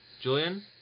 Julian